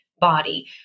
body